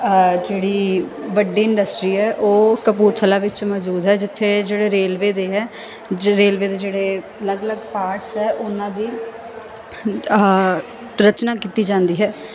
ਆ ਜਿਹੜੀ ਵੱਡੀ ਇੰਡਸਟਰੀ ਹੈ ਉਹ ਕਪੂਰਥਲਾ ਵਿੱਚ ਮੌਜੂਦ ਹੈ ਜਿੱਥੇ ਜਿਹੜੇ ਰੇਲਵੇ ਦੇ ਹੈ ਰੇਲਵੇ ਦੇ ਜਿਹੜੇ ਅਲੱਗ ਅਲੱਗ ਪਾਰਟਸ ਹੈ ਉਹਨਾਂ ਦੀ ਆਹਾ ਰਚਨਾ ਕੀਤੀ ਜਾਂਦੀ ਹੈ